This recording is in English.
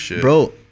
bro